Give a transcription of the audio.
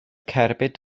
cerbyd